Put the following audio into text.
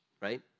right